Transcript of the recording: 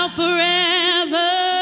forever